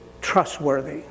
trustworthy